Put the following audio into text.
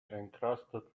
encrusted